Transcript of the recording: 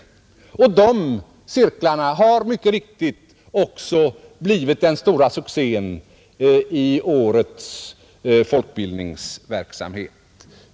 Dessa cirklar har mycket riktigt blivit den största succén i årets folkbildningsverksamhet.